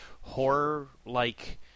horror-like